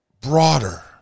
broader